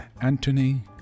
Anthony